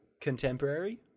Contemporary